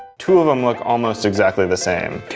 two of them look almost exactly the same.